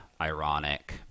ironic